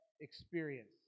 experience